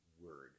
word